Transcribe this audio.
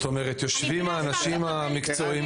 יושבים האנשים המקצועיים.